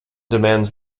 demands